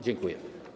Dziękuję.